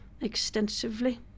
Extensively